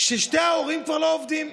ושני ההורים כבר לא עובדים,